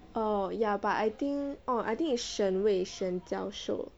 oh ya but I think oh I think it's 沈巍沈教授